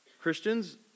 Christians